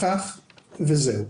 ושכח וזהו.